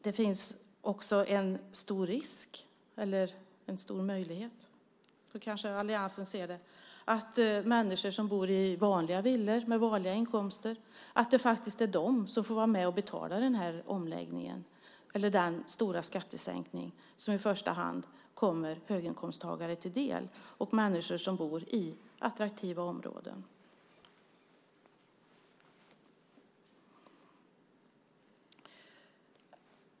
Det finns också en stor risk, eller en stor möjlighet - så kanske alliansen ser på det - att det faktiskt är människor med vanliga inkomster som bor i vanliga villor som får vara med och betala denna omläggning och denna stora skattesänkning som i första hand kommer höginkomsttagare och människor som bor i attraktiva områden till del.